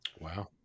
Wow